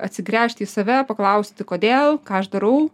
atsigręžti į save paklausti kodėl ką aš darau